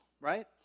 right